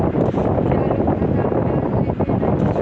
चालू खाता मे ब्याज केल नहि दैत अछि